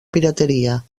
pirateria